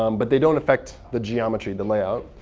um but they don't affect the geometry, the layout.